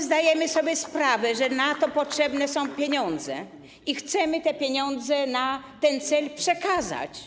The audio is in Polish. Zdajemy sobie sprawę, że na to potrzebne są pieniądze, i chcemy te pieniądze na ten cel przekazać.